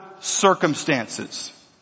circumstances